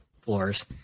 floors